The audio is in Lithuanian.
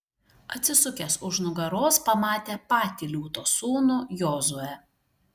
atsisukęs už nugaros pamatė patį liūto sūnų jozuę